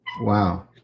Wow